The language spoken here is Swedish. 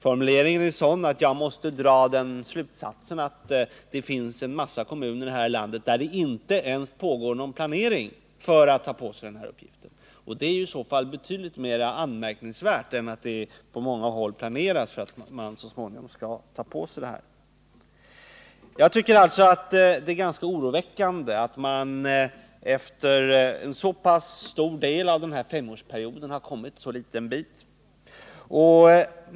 Formuleringen är sådan att jag måste dra slutsatsen att det finns en mängd kommuner här i landet där det inte ens pågår någon planering när det gäller att ta på sig uppgiften att omhänderta spilloljan. Det är i så fall betydligt mer anmärkningsvärt än att det på många håll planeras för att man så småningom skall ta på sig uppgiften. Jag tycker alltså att det är ganska oroväckande att man efter en så pass stor del av femårsperioden kommit så liten bit på väg.